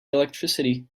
electricity